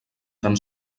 tan